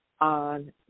on